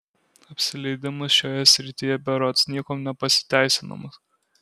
apsileidimas šioje srityje berods niekuom nepasiteisinamas